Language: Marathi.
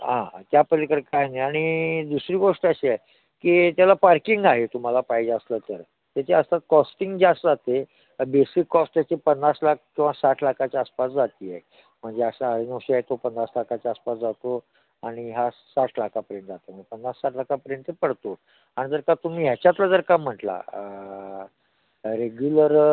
हां त्या पलीकडे काय नाही आणि दुसरी गोष्ट अशी आहे की त्याला पार्किंग आहे तुम्हाला पाहिजे असलं तर त्याची अर्थात कॉस्टिंग जास्त जाते बेसिक कॉस्ट त्याची पन्नास लाख किंवा साठ लाखाच्या आसपास जाते आहे म्हणजे साडे नऊशे आहे तो पन्नास लाखाच्या आसपास जातो आणि हा साठ लाखापर्यंत जातो म्हणजे पन्नास साठ लाखापर्यंत पडतो आणि जर का तुम्ही ह्याच्यात जर का म्हटलं रेग्युलर